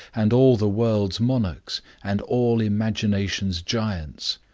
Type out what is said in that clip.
and all the world's monarchs, and all imagination's giants,